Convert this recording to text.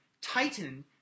Titan